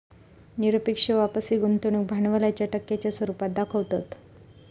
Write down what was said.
निरपेक्ष वापसी गुंतवणूक भांडवलाच्या टक्क्यांच्या रुपात दाखवतत